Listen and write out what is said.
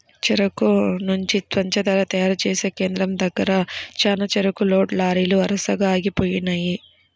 చెరుకు నుంచి పంచదార తయారు చేసే కేంద్రం దగ్గర చానా చెరుకు లోడ్ లారీలు వరసగా ఆగి ఉన్నయ్యి